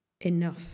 Enough